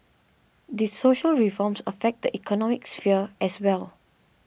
these social reforms affect the economic sphere as well